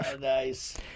Nice